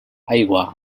aigua